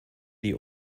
die